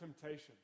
temptation